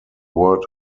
word